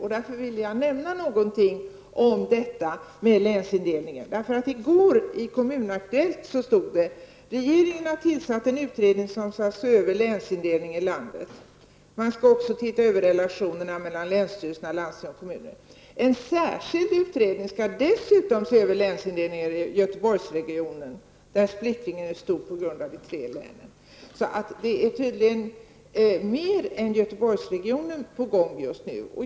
Därför vill jag nämna någonting om detta med länsindelningen. I går i Kommunaktuellt stod det: Regeringen har tillsatt en utredning som skall se över länsindelningen i landet. Man skall också titta över relationerna mellan länsstyrelserna och landsting och kommuner. En särskild utredning skall dessutom se över länsindelningen nere i Göteborgsregionen där splittringen är stor på grund av de tre länen. Det är tydligen mer än Göteborgsregionen på gång nu.